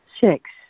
Six